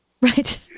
Right